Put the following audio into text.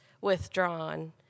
withdrawn